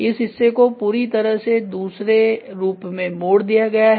इस हिस्से को पूरी तरह से दूसरे रूप में मोड़ दिया गया हैं